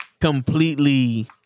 completely